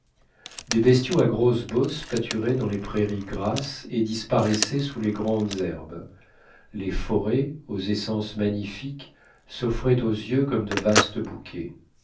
des bestiaux à grosses bosses pâturaient dans les prairie grasses et disparaissaient sous les grandes herbes les forêts aux essences magnifiques s'offraient aux yeux comme de vastes bouquets